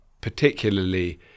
particularly